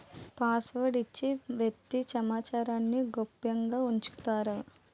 password ఇచ్చి వ్యక్తి సమాచారాన్ని గోప్యంగా ఉంచుతారు